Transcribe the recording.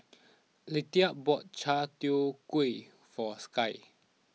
Leatha bought Chai Tow Kway for Sky